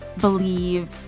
Believe